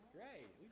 Great